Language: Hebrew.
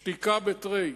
שתיקה בתרי.